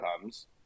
comes